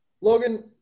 Logan